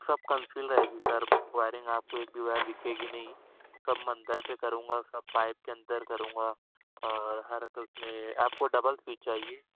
سب conceal رہے گی sir wiring آپ کو ایک بھی وائر دکھے گی نہیں سب اندر سے کروں گا اس کا پائپ کے اندر کروں گا اور ہر اس میں آپ کو ڈبل سوئچ چاہیے